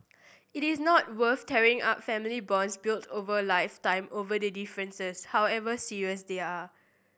it is not worth tearing up family bonds built over a lifetime over these differences however serious they are